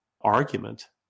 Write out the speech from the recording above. argument